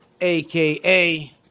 aka